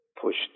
pushed